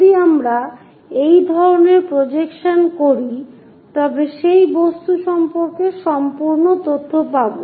যদি আমরা এই ধরনের প্রজেকশন করি তবে সেই বস্তু সম্পর্কে সম্পূর্ণ তথ্য পাব